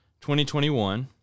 2021